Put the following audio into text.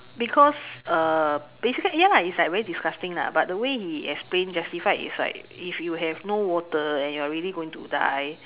because err basically ya lah it's like very disgusting lah but the way he explain justified is like if you have no water and you're really going to die